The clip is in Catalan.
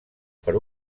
per